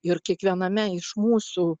ir kiekviename iš mūsų